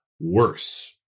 worse